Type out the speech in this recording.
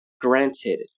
granted